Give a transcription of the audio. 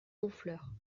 honfleur